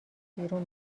بیرون